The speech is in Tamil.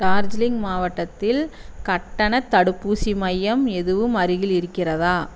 டார்ஜிலிங் மாவட்டத்தில் கட்டணத் தடுப்பூசி மையம் எதுவும் அருகில் இருக்கிறதா